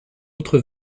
autre